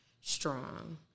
strong